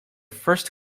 first